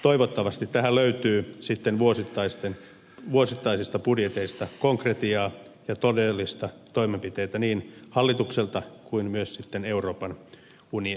toivottavasti tähän löytyy sitten vuosittaisista budjeteista konkretiaa ja todellisia toimenpiteitä niin hallitukselta kuin myös sitten euroopan unionin osalta